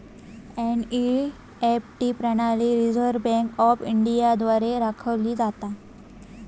NEFT प्रणाली Reserve Bank of India द्वारा राखली जाता